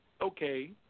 okay